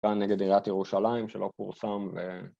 אחד שניים שלוש